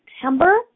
September